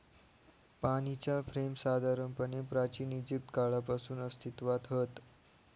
पाणीच्या फ्रेम साधारणपणे प्राचिन इजिप्त काळापासून अस्तित्त्वात हत